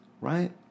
right